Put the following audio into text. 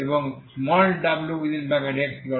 এবং wx1